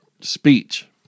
speech